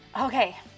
Okay